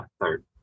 third